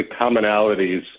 commonalities